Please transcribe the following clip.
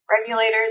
regulators